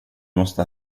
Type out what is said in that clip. måste